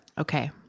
Okay